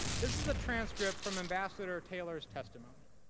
this is a transcript from ambassador taylor's testimony.